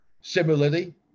Similarly